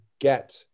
get